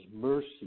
mercy